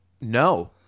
No